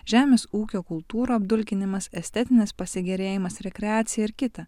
žemės ūkio kultūrų apdulkinimas estetinis pasigėrėjimas rekreacija ir kita